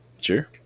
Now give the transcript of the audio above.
Sure